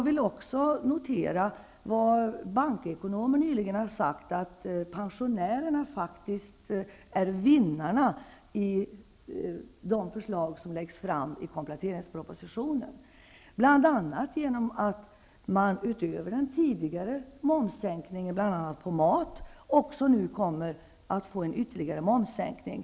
Vidare noterar jag vad bankekonomer nyligen har sagt, nämligen att det faktiskt är pensionärerna som är vinnare när det gäller framlagda förslag i kompletteringspropositionen. Utöver den tidigare momssänkningen, exempelvis vad gäller mat, blir det nu bl.a. ytterligare en momssänkning.